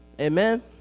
Amen